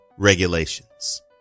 regulations